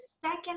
second